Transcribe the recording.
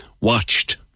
watched